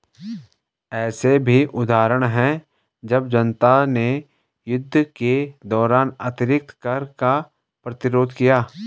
ऐसे भी उदाहरण हैं जब जनता ने युद्ध के दौरान अतिरिक्त कर का प्रतिरोध किया